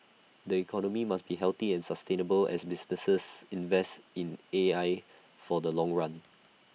the economy must be healthy and sustainable as businesses invest in A I for the long run